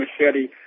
machete